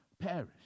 perish